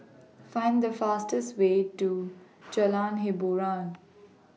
Find The fastest Way to Jalan Hiboran